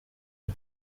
you